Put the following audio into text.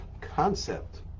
concept